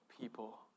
people